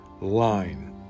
line